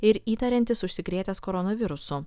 ir įtariantis užsikrėtęs koronavirusu